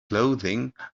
clothing